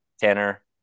Tanner